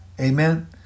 Amen